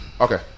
Okay